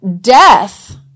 death